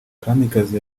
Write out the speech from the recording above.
kamikazi